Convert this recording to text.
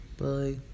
Bye